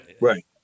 Right